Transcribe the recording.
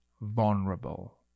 vulnerable